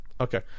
Okay